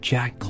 Jack